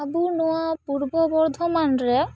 ᱟᱵᱚ ᱱᱚᱣᱟ ᱯᱩᱨᱵᱚ ᱵᱚᱨᱫᱷᱚᱢᱟᱱ ᱨᱮ